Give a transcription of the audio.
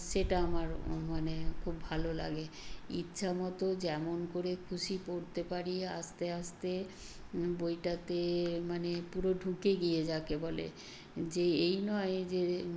সেটা আমার মানে খুব ভালো লাগে ইচ্ছা মতো যেমন করে খুশি পড়তে পারি আস্তে আস্তে বইটাতে মানে পুরো ঢুকে গিয়ে যাকে বলে যে এই নয় যে